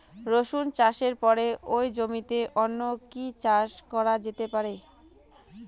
রসুন চাষের পরে ওই জমিতে অন্য কি চাষ করা যেতে পারে?